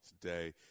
today